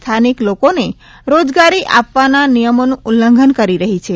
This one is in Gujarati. સ્થાનિક લોકોને રોજગારી આપવાના નિયમોનું ઉલ્લંઘન કરી રહી છે